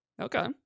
Okay